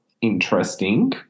interesting